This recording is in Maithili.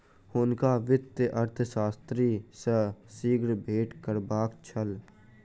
हुनका वित्तीय अर्थशास्त्री सॅ शीघ्र भेंट करबाक छल